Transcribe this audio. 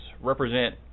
represent